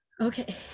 okay